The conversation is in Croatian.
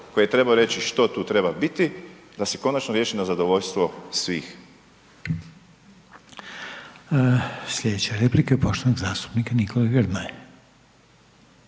koje trebaju reći što tu treba biti, da se konačno riješi na zadovoljstvo svih. **Reiner, Željko (HDZ)** Sljedeća replika poštovanog zastupnika Nikole Grmoje.